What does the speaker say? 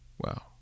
wow